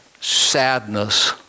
sadness